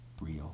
real